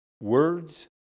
Words